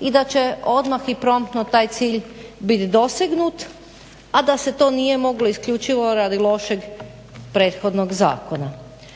i da će odmah i promtno taj cilj bit dosegnut a da se to nije moglo isključivo radi lošeg prethodnog zakona.